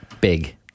Big